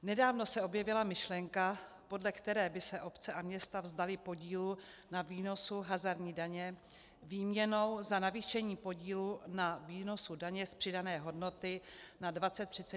Nedávno se objevila myšlenka, podle které by se obce a města vzdaly podílu na výnosu hazardní daně výměnou za navýšení podílu na výnosu daně z přidané hodnoty na 23,58 %.